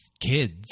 kids